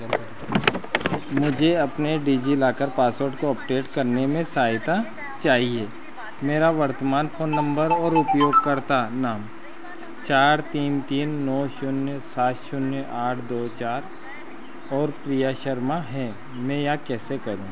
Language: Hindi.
मुझे अपने डिजिलॉकर पासवर्ड को अपडेट करने में सहायता चाहिए मेरा वर्तमान फ़ोन नम्बर और उपयोगकर्ता नाम चार तीन तीन नौ शून्य सात शून्य आठ दो चार और प्रिया शर्मा हैं मैं यह कैसे करूँ